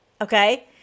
Okay